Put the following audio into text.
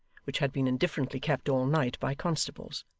which had been indifferently kept all night by constables.